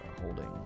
holding